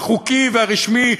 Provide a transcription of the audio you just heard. החוקי והרשמי,